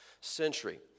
century